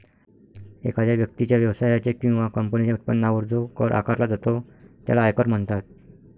एखाद्या व्यक्तीच्या, व्यवसायाच्या किंवा कंपनीच्या उत्पन्नावर जो कर आकारला जातो त्याला आयकर म्हणतात